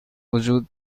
وجود